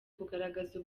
kugaragaza